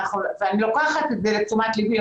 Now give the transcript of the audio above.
ואני לוקחת את זה לתשומת ליבי,